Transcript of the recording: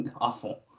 awful